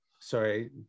sorry